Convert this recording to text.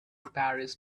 paris